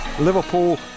Liverpool